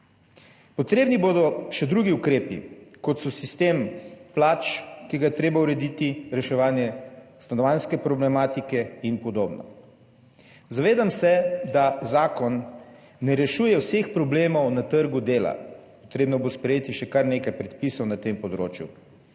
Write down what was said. Potrebni bodo še drugi ukrepi, kot so sistem plač, ki ga je treba urediti, reševanje stanovanjske problematike in podobno. Zavedam se, da zakon ne rešuje vseh problemov na trgu dela. Potrebno bo sprejeti še kar nekaj predpisov na tem področju.